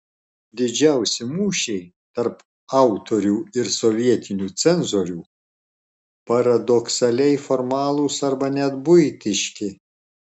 didžiausi mūšiai tarp autorių ir sovietinių cenzorių paradoksaliai formalūs arba net buitiški